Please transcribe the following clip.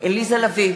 עליזה לביא,